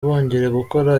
gukora